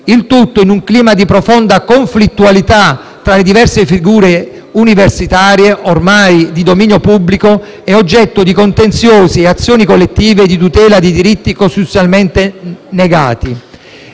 avvenuto in un clima di profonda conflittualità tra le diverse figure universitarie, ormai di dominio pubblico e oggetto di contenziosi e azioni collettive di tutela dei diritti costituzionalmente negati.